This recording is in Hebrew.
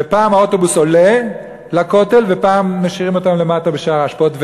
ופעם האוטובוס עולה לכותל ופעם משאירים אותם למטה בשער האשפות.